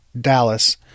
Dallas